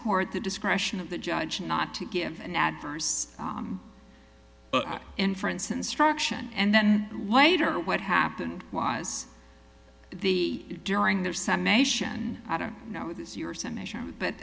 court the discretion of the judge not to give an adverse inference instruction and then later what happened was the during their son nation i don't know this year but